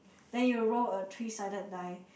then you roll a three sided die